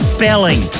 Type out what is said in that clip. Spelling